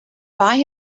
buy